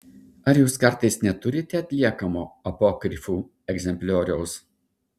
ar jūs kartais neturite atliekamo apokrifų egzemplioriaus